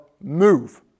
move